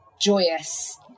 joyous